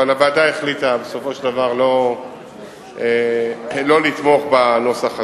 אבל הוועדה החליטה בסופו של דבר לא לתמוך בנוסח הזה,